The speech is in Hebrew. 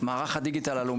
שלום רב, היו"ר.